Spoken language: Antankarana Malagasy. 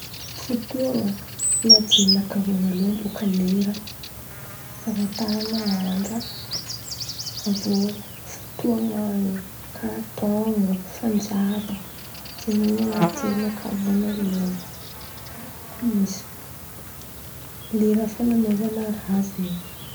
Fotoan̈a an̈aty jerinakà vônaloan̈y bôka lera, famataran̈a andra, avy eo fotoan̈a karàha taon̈o, fanjava, zay zen̈y an̈aty jerinakà vônaloan̈y, misy lera fan̈aovan̈a raha zen̈y.